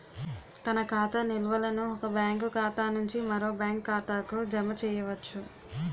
తన ఖాతా నిల్వలను ఒక బ్యాంకు ఖాతా నుంచి మరో బ్యాంక్ ఖాతాకు జమ చేయవచ్చు